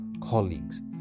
colleagues